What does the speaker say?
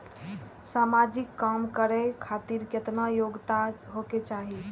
समाजिक काम करें खातिर केतना योग्यता होके चाही?